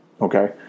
okay